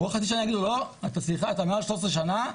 אבל בעוד חצי שנה יגידו לו שהוא מעל 13 שנה בישראל,